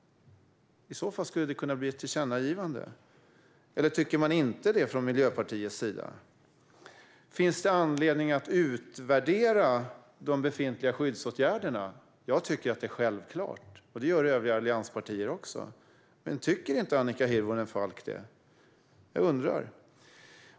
I så fall skulle det kunna bli ett tillkännagivande. Eller tycker Miljöpartiet inte det? Finns det anledning att utvärdera de befintliga skyddsåtgärderna? Jag tycker att det är självklart. Det gör övriga allianspartier också. Tycker inte Annika Hirvonen Falk det?